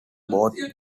both